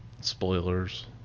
Spoilers